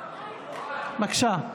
בבקשה.